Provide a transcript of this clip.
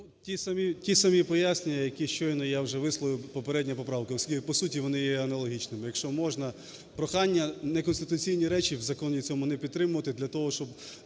ті самі пояснення, які щойно я вже висловив. Попередня поправка. По суті вони є аналогічними. Якщо можна, прохання неконституційні речі в законі цьому не підтримувати для того, щоб